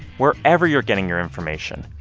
wherever you're getting your information,